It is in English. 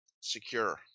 Secure